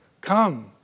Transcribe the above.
come